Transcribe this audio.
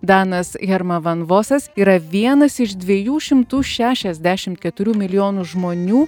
danas herma van vosas yra vienas iš dviejų šimtų šešiasdešimt keturių milijonų žmonių